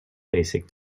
basic